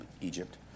Egypt